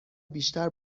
بیشتر